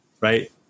right